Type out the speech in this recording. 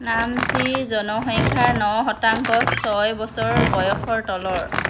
নামচিৰ জনসংখ্যাৰ ন শতাংশ ছয় বছৰ বয়সৰ তলৰ